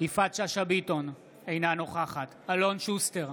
יפעת שאשא ביטון, אינה נוכחת אלון שוסטר,